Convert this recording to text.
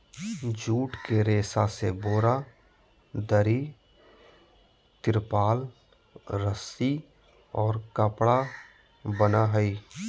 jute के रेशा से बोरा, दरी, तिरपाल, रस्सि और कपड़ा बनय हइ